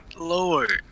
Lord